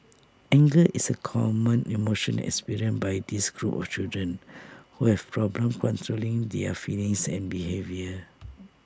anger is A common emotion experienced by this group of children who have problems controlling their feelings and behaviour